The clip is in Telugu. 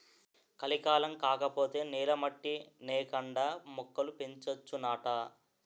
కలికాలం కాకపోతే నేల మట్టి నేకండా మొక్కలు పెంచొచ్చునాట